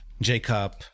jacob